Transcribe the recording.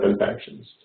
infections